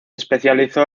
especializó